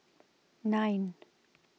nine